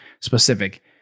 specific